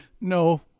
No